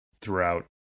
throughout